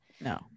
No